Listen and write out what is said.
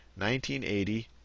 1980